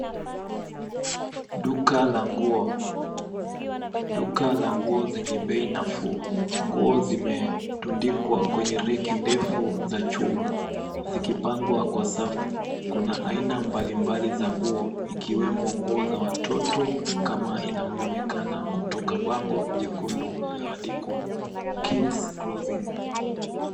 Duka la nguo. Duka la nguo zenye bei nafuu. Nguo zimetundikwa kwenye reki ndefu za chuma zikipangwa kwa safu. Kuna aina mbalimbali za nguo ikiwemo nguo za watoto kama inavyoonekana kutoka bango jekundu lililoandikwa, kid's clothing.